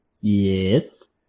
Yes